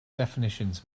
definitions